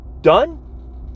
done